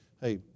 Hey